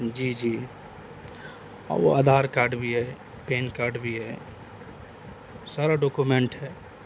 جی جی اور وہ آدھار کارڈ بھی ہے پین کارڈ بھی ہے سارا ڈاکومینٹ ہے